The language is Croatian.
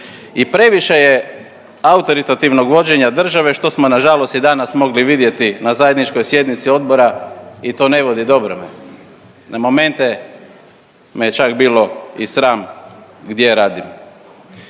I previše je autoritativnog vođenja države što smo nažalost i danas mogli vidjeti na zajedničkoj sjednici odbora i to ne vodi dobrome. Na momente me je čak bilo i sram gdje radim.